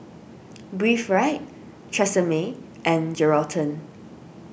Breathe Right Tresemme and Geraldton